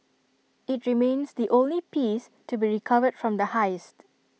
IT remains the only piece to be recovered from the heist